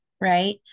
Right